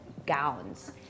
gowns